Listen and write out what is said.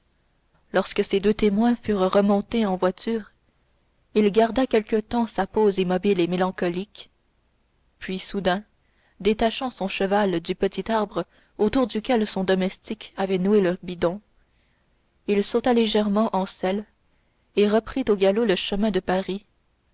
lorsque ses deux témoins furent remontés en voiture il garda quelque temps sa pose immobile et mélancolique puis soudain détachant son cheval du petit arbre autour duquel son domestique avait noué le bridon il sauta légèrement en selle et reprit au galop le chemin de paris